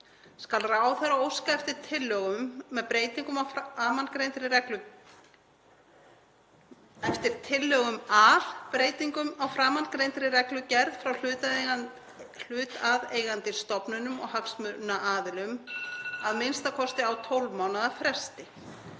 Skal ráðherra óska eftir tillögum að breytingum á framangreindri reglugerð frá hlutaðeigandi stofnunum og hagsmunaaðilum að minnsta kosti á tólf mánaða fresti.